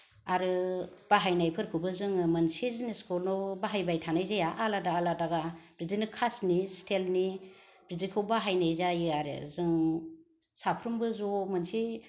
आरो बाहायनायफोरखौबो जोङो मोनसे जिनिसखौल' बाहायबाय थानाय जाया आलादा आलादा बिदिनो खासनि स्टील नि बिदिखौ बाहायनाय जायो आरो जों साफ्रोमबो ज' मोनसे